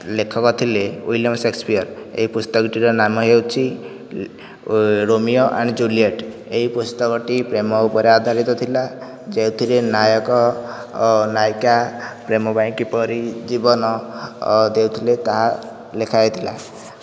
ଲେଖକ ଥିଲେ William Shakespeare ଏଇ ପୁସ୍ତକ ଟିର ନାମ ହେଉଛି ରୋମିଓ ଏଣ୍ଡ ଜୁଲିଏଟ୍ ଏହି ପୁସ୍ତକ ଟି ପ୍ରେମ ଉପରେ ଆଧାରିତ ଥିଲା ଯେଉଁଥିରେ ନାୟକ ନାୟିକା ପ୍ରେମ ପାଇଁ କିପରି ଜୀବନ ଦେଉଥିଲେ ତାହା ଲେଖା ହୋଇଥିଲା